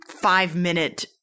five-minute